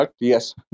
Yes